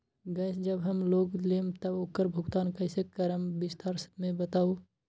Gas जब हम लोग लेम त उकर भुगतान कइसे करम विस्तार मे बताई?